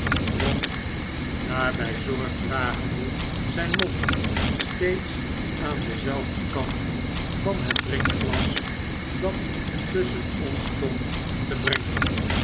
daarby zofg dragende zijn mond steeds aan denzelfden kant van het drinkglas dat tusschen ons stond te brengen